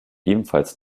ebenfalls